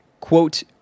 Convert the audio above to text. Quote